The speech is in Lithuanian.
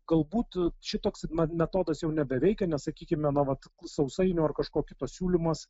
galbūt šitoks metodas jau nebeveikia nes sakykime na vat sausainių ar kažko kito pasiūlymus